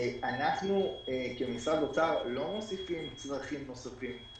אנחנו כמשרד אוצר לא מוסיפים צרכים נוספים.